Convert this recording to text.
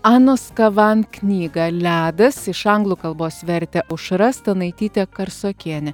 anos kavan knygą ledas iš anglų kalbos vertė aušra stanaitytė karsokienė